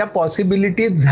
possibilities